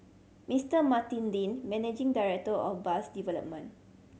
Mister Martin Dean managing director of bus development